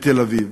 בתל-אביב.